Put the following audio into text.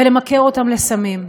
ולמכר אותם לסמים.